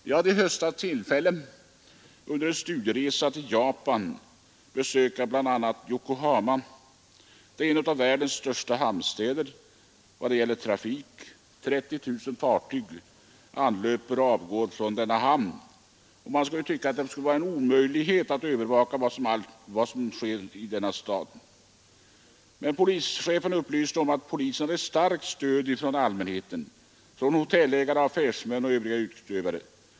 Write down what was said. Jag hade i höstas tillfälle att under en studieresa till Japan besöka bl.a. Yokohama, som är en av världens största hamnstäder i vad gäller trafiken. 30 000 fartyg anlöper och avgår från denna hamn per år. Man skulle ju tycka att det vore en omöjlighet att övervaka allt vad som där sker. Men polischefen upplyste om att polisen hade ett starkt stöd av allmänheten, av hotellägare, affärsmän och övriga yrkesutövare.